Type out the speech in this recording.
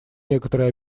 некоторые